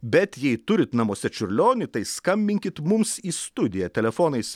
bet jei turit namuose čiurlionį tai skambinkit mums į studiją telefonais